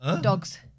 dogs